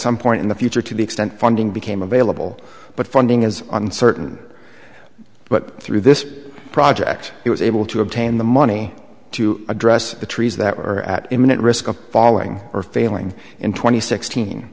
some point in the future to the extent funding became available but funding is uncertain but through this project he was able to obtain the money to address the trees that were at imminent risk of falling or failing in tw